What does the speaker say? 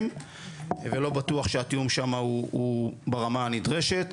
ולא בטוח שהתיאום שם הוא ברמה הנדרשת.